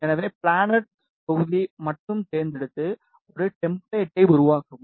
எனவே பிளானர் தொகுதியை மட்டும் தேர்ந்தெடுத்து ஒரு டெம்ப்ளேட்டை உருவாக்கவும்